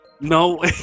no